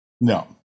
No